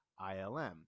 ILM